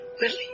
Willie